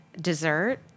dessert